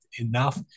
enough